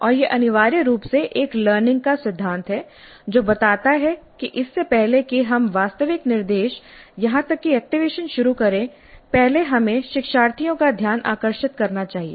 और यह अनिवार्य रूप से एक लर्निंग का सिद्धांत है जो बताता है कि इससे पहले कि हम वास्तविक निर्देश यहां तक कि एक्टिवेशन शुरू करें पहले हमें शिक्षार्थियों का ध्यान आकर्षित करना चाहिए